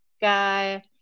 guy